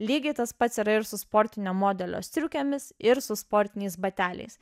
lygiai tas pats yra ir su sportinio modelio striukėmis ir su sportiniais bateliais